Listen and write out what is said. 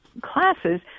classes